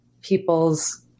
people's